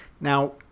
Now